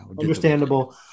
understandable